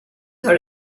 her